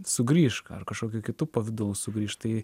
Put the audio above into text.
sugrįš ar kažkokiu kitu pavidalu sugrįš tai